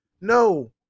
No